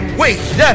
wait